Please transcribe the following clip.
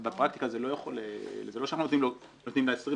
אבל בפרקטיקה זה לא יכול - זה לא שאמרתי אם לא נותנים לה 20%,